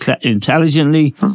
intelligently